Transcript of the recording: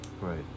Right